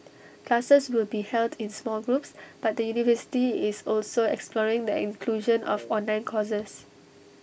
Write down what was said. classes will be held in small groups but the university is also exploring the inclusion of online courses